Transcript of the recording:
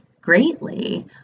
greatly